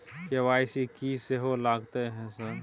KYC की सेहो लगतै है सर?